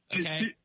okay